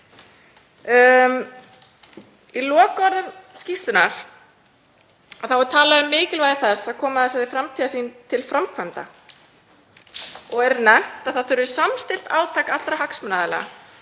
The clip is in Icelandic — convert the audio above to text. Í lokaorðum skýrslunnar er talað um mikilvægi þess að koma þessari framtíðarsýn til framkvæmda og er nefnt að það þurfi samstillt átak allra hagsmunaaðila.